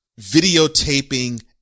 videotaping